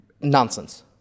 nonsense